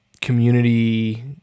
community